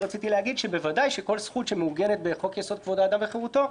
הוא שבוודאי שכל זכות שמעוגנת בחוק יסוד: כבוד האדם וחירותו,